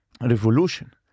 revolution